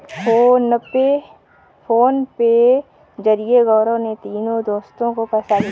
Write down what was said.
PhonePe के जरिए गौरव ने तीनों दोस्तो को पैसा भेजा है